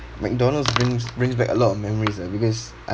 McDonald's brings brings back a lot of memories ah because